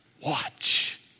Watch